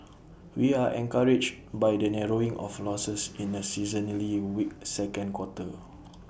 we are encouraged by the narrowing of losses in A seasonally weak second quarter